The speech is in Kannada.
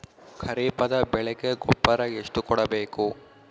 ಖರೀಪದ ಬೆಳೆಗೆ ಗೊಬ್ಬರ ಎಷ್ಟು ಕೂಡಬೇಕು?